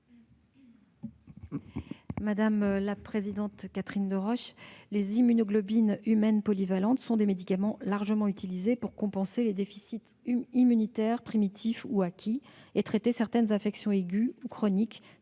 Madame la sénatrice Catherine Deroche, les immunoglobulines humaines polyvalentes sont des médicaments très largement utilisés pour compenser les déficits immunitaires, primitifs ou acquis, et traiter certaines affections aiguës ou chroniques,